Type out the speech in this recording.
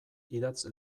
idatz